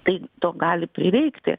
tai to gali prireikti